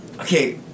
okay